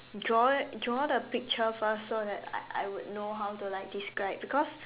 draw draw the picture first so that I I would know how to like describe because